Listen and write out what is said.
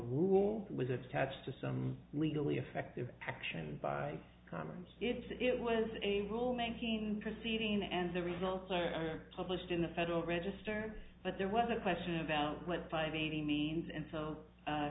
rule was attached to some legally effective action by cummings it was a rule making proceeding and the results are published in the federal register but there was a question about what the five eighty means and so